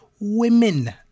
women